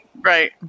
Right